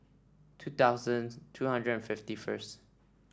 two thousand two hundred and fifty first